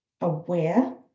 aware